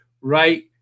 right